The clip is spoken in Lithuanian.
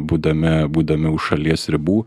būdami būdami už šalies ribų